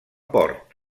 port